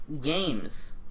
games